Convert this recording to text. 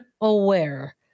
aware –